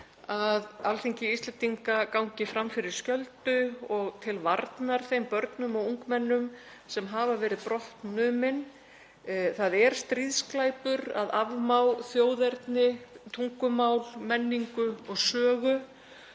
að Alþingi Íslendinga gangi fram fyrir skjöldu til varnar þeim börnum og ungmennum sem hafa verið brottnumin. Það er stríðsglæpur að afmá þjóðerni, tungumál, menningu og sögu.